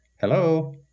hello